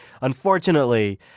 unfortunately